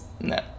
no